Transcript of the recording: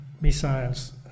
missiles